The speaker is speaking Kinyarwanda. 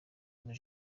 muri